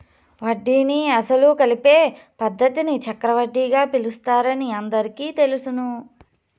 వడ్డీని అసలు కలిపే పద్ధతిని చక్రవడ్డీగా పిలుస్తారని అందరికీ తెలుసును